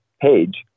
page